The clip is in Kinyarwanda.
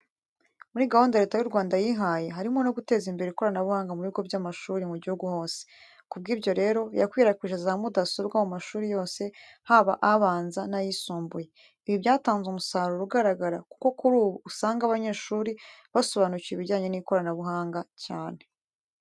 Muri gahunda Leta y'u Rwanda yihaye harimo no guteza imbere ikoranabuhanga mu bigo by'amashuri mu gihugu hose. Ku bw'ibyo rero yakwirakwije za mudasobwa mu mashuri yose haba abanza n'ayisumbuye. Ibi byatanze umusaruro ugaragara, kuko kuri ubu usanga abanyeshuri basobanukiwe ibijyanye n'ikoranabuhanga cyane.